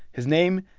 his name,